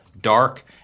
Dark